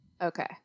Okay